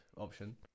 option